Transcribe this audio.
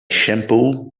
shampoo